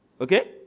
Okay